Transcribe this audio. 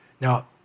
Now